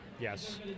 yes